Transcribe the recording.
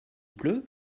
pleut